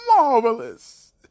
Marvelous